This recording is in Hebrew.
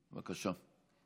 בבקשה.